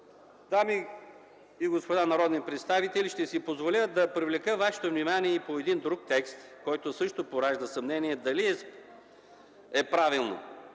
Дами и господа народни представители, ще си позволя да привлека Вашето внимание върху един друг текст, който също поражда съмнение дали е правилно,